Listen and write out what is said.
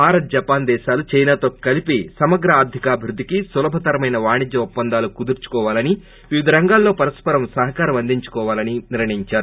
Bharat Japan దేశాలు China తో కలిపి సమగ్ర ఆర్గికాభివృద్గికి ెసులభతరమైన వాణిజ్య ఒప్పందాలు కుదుర్చుకోవాలని వివిధ రంగాల్లో పరస్సరం సహకరించుకోవాలని నిర్లయించారు